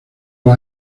los